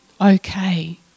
okay